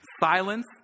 silence